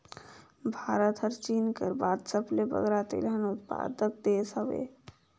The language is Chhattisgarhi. भारत हर चीन कर बाद सबले बगरा तिलहन उत्पादक देस हवे